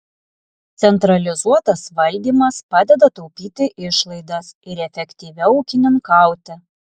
centralizuotas valdymas padeda taupyti išlaidas ir efektyviau ūkininkauti